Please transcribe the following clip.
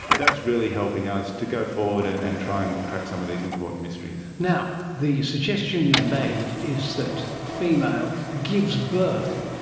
that's really helping us to go forward and and try and crack some of these important mysteries. now, the suggestion you've made is that the female gives birth.